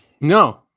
No